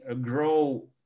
grow